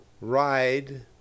ride